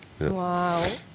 Wow